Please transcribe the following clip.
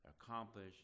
accomplish